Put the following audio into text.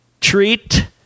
treat